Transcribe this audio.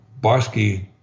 Barsky